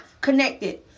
connected